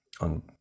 on